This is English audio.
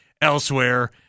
elsewhere